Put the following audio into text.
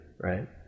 right